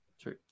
true